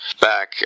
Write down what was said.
back